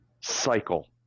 cycle